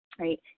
Right